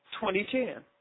2010